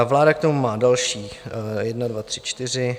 Vláda k tomu má další jedna, dva, tři, čtyři...